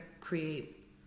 create